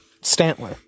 Stantler